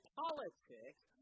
politics